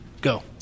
go